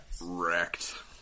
Wrecked